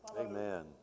Amen